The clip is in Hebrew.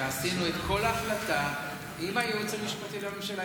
כשעשינו את כל ההחלטה עם הייעוץ המשפטי לממשלה,